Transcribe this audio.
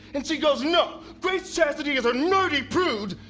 and she goes no! grace chastity is a nerdy prude!